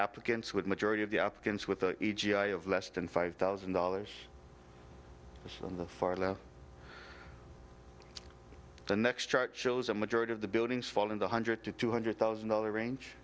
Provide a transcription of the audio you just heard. applicants with majority of the applicants with the a g i of less than five thousand dollars on the far left the next chart shows a majority of the buildings fall in the hundred to two hundred thousand dollars range